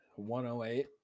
108